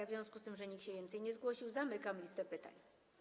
W związku z tym, że nikt się więcej nie zgłosił, zamykam listę pytań.